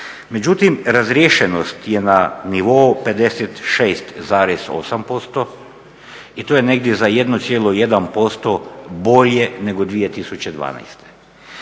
Međutim razriješenost je na nivou 56,8% i to je negdje za 1,1% bolje nego 2012.